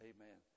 Amen